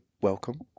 welcome